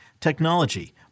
technology